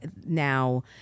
now